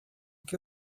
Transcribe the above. que